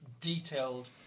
detailed